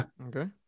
Okay